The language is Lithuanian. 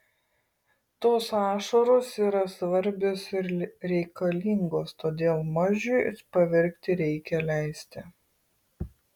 tos ašaros yra svarbios ir reikalingos todėl mažiui paverkti reikia leisti